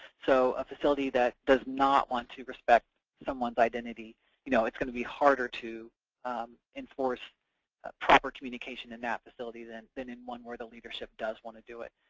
so, a facility that does not want to respect someone's identity you know it's going to be harder to enforce proper communication in that facility than than in one where the leadership does want to do it.